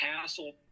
castle